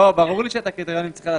ברור לי שאת הקריטריונים צריך להתאים.